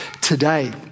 today